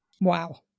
Wow